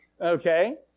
Okay